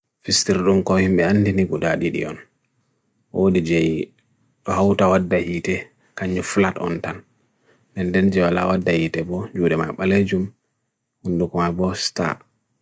Fistir rung kohime andini kuda didiyon. O DJI, pahuta wad dahite kanyu flat on tan. Nenden jwala wad dahite bo, jwede ma'a balajum, undukwa bo star.